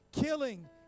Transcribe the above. killing